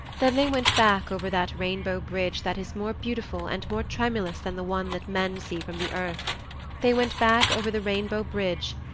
then they went back over that rainbow bridge that is more beautiful and more tremulous than the one that men see from the earth they went back over the rainbow bridge,